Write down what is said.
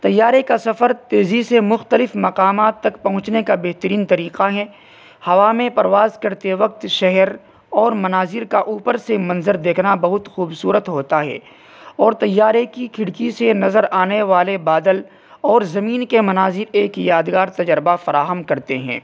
طیارے کا سفر تیزی سے مختلف مقامات تک پہنچنے کا بہترین طریقہ ہے ہوا میں پرواز کرتے وقت شہر اور مناظر کا اوپر سے منظر دیکھنا بہت خوبصورت ہوتا ہے اور طیارے کی کھڑکی سے نظر آنے والے بادل اور زمین کے مناظر ایک یادگار تجربہ فراہم کرتے ہیں